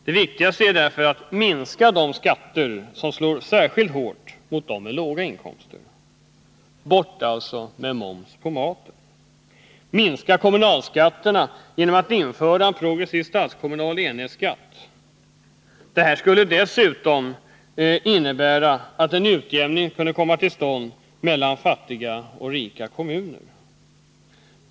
Det viktigaste är därför att minska de skatter som slår särskilt hårt mot dem med låga inkomster. Bort alltså med moms på maten! Minska kommunalskatterna genom att införa en progressiv statskommunal enhetsskatt! Det skulle dessutom innebära att en utjämning kom till stånd mellan fattiga och rika kommuner.